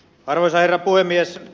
arvoisa herra puhemies